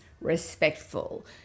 respectful